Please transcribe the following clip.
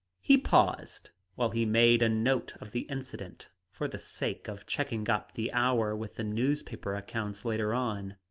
he paused while he made a note of the incident, for the sake of checking up the hour with the newspaper accounts later on.